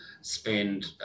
spend